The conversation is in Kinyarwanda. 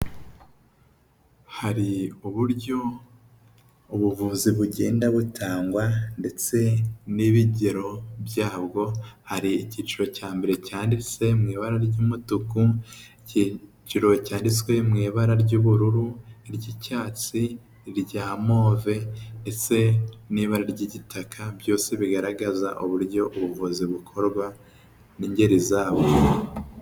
Hari uburyo ubuvuzi bugenda butangwa ndetse n'ibigero byabwo, hari icyiciro cya mbere cyanditse mu ibara ry'umutuku, ikiciro cyanditswe mu ibara ry'ubururu, icy'icyatsi, irya move ndetse n'ibara ry'igitaka byose bigaragaza uburyo ubuvuzi bukorwa n'ingeri zabo.